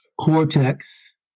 cortex